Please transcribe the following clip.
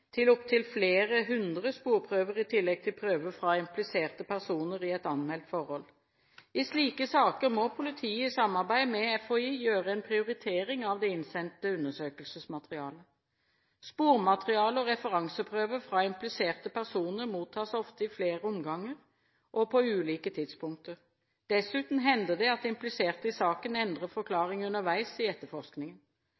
til opptil flere hundre sporprøver i tillegg til prøver fra impliserte personer i et anmeldt forhold. I slike saker må politiet i samarbeid med FHI gjøre en prioritering av det innsendte undersøkelsesmaterialet. Spormateriale og referanseprøver fra impliserte personer mottas ofte i flere omganger og på ulike tidspunkter. Dessuten hender det at impliserte i saken endrer